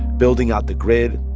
building out the grid,